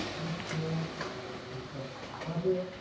next here, and put a budget.